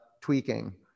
tweaking